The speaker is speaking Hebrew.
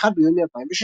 1 ביוני 2016